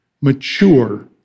mature